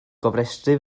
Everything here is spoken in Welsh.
gofrestru